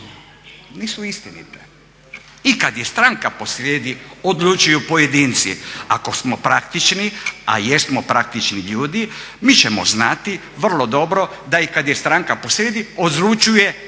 Nisu istinite. I kad je stranka posrijedi odlučuju pojedinci. Ako smo praktični, a jesmo praktični ljudi mi ćemo znati vrlo dobro da i kad je stranka posrijedi odlučuje uski